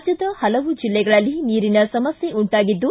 ರಾಜ್ಞದ ಹಲವು ಜೆಲ್ಲೆಗಳಲ್ಲಿ ನೀರಿನ ಸಮಸ್ಟೆ ಉಂಟಾಗಿದ್ದು